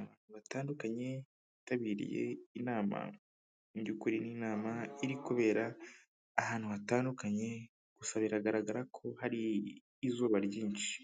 Abantu batandukanye bitabiriye inama, mu by'ukuri n'inama iri kubera ahantu hatandukanye, gusa biragaragara ko hari izuba ryinshi,